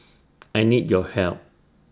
I need your help